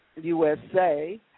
USA